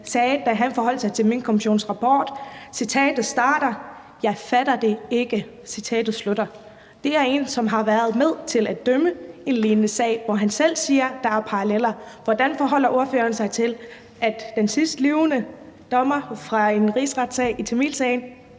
sagde, da han forholdt sig til Minkkommissionens rapport: »Jeg fatter det ikke.« Det er en, som har været med til at dømme i en lignende sag, og han siger selv, at der er paralleller. Hvordan forholder ordføreren sig til, at den sidst levende dommer fra en rigsretssag, tamilsagen,